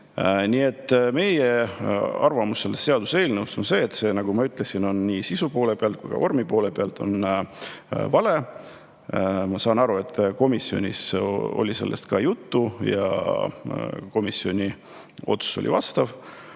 vale. Meie arvamus selle seaduseelnõu kohta on, et see, nagu ma ütlesin, on nii sisu kui ka vormi poole pealt vale. Ma saan aru, et komisjonis oli sellest ka juttu ja komisjoni otsus oli vastav.